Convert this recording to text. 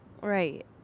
Right